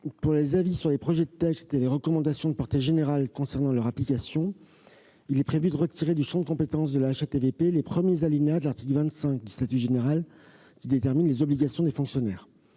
Pour les avis sur les projets de texte et les recommandations de portée générale concernant leur application, il est prévu de retirer du champ de compétence de la HATVP les premiers alinéas de l'article 25 du statut général qui détermine les obligations des fonctionnaires.